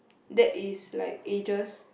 that is like ages